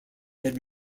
had